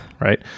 right